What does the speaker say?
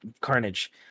Carnage